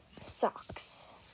Socks